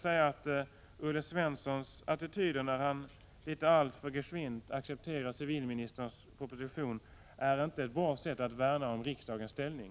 Olle Svensson accepterar civilministerns proposition alltför gesvint. Det är inte ett bra sätt att värna om riksdagens ställning.